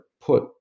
put